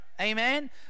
amen